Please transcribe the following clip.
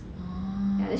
orh